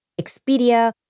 Expedia